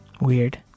Weird